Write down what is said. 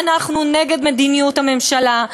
אנחנו נגד מדיניות הממשלה,